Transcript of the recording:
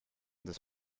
this